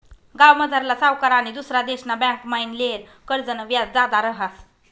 गावमझारला सावकार आनी दुसरा देशना बँकमाईन लेयेल कर्जनं व्याज जादा रहास